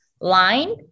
line